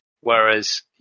Whereas